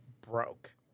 broke